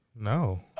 No